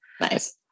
Nice